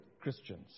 Christians